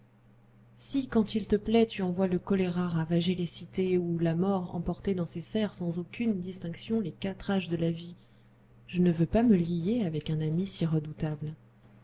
si quand il te plaît tu envoies le choléra ravager les cités ou la mort emporter dans ses serres sans aucune distinction les quatre âges de la vie je ne veux pas me lier avec un ami si redoutable